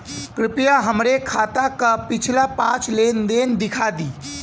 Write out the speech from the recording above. कृपया हमरे खाता क पिछला पांच लेन देन दिखा दी